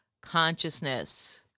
consciousness